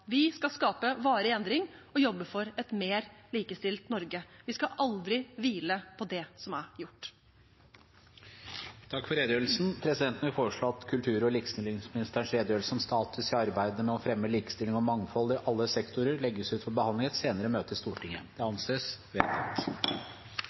Vi skal skape varig endring og jobbe for et mer likestilt Norge. Vi skal aldri hvile på det som er gjort. Presidenten vil foreslå at kultur- og likestillingsministerens redegjørelse om status i arbeidet med å fremme likestilling og mangfold i alle sektorer legges ut for behandling i et senere møte i Stortinget. – Det